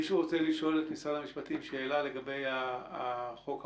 מישהו רוצה לשאול את משרד המשפטים שאלה לגבי החוק המוצע?